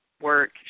work